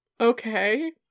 Okay